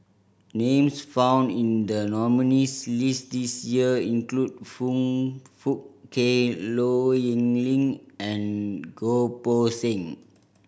names found in the nominees' list this year include Foong Fook Kay Low Yen Ling and Goh Poh Seng